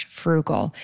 frugal